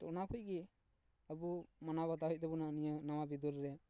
ᱛᱳ ᱚᱱᱟᱠᱚ ᱜᱮ ᱟᱵᱚ ᱢᱟᱱᱟᱣ ᱵᱟᱛᱟᱣ ᱦᱩᱭᱩᱜ ᱛᱟᱵᱚᱱᱟ ᱱᱤᱭᱟᱹ ᱱᱟᱣᱟ ᱵᱤᱫᱟᱹᱞ ᱨᱮ